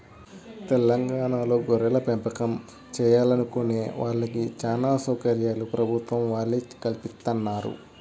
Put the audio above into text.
తెలంగాణాలో గొర్రెలపెంపకం చేయాలనుకునే వాళ్ళకి చానా సౌకర్యాలు ప్రభుత్వం వాళ్ళే కల్పిత్తన్నారు